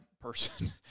person